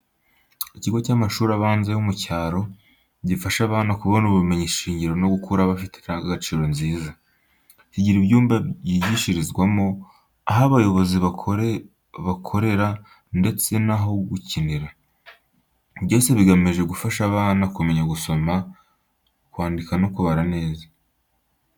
Ikigo cy’amashuri abanza yo mu cyaro gifasha abana kubona ubumenyi shingiro no gukura bafite indangagaciro nziza. Kigira ibyumba byigishirizwamo, aho abayobozi bakorera ndetse n'aho gukinira, byose bigamije gufasha abana kumenya gusoma, kwandika no kubara neza.